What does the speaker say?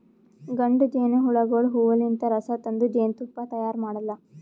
ಗಂಡ ಜೇನಹುಳಗೋಳು ಹೂವಲಿಂತ್ ರಸ ತಂದ್ ಜೇನ್ತುಪ್ಪಾ ತೈಯಾರ್ ಮಾಡಲ್ಲಾ